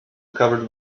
covered